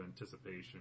anticipation